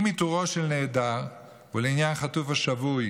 עם איתורו של נעדר, ולעניין חטוף או שבוי,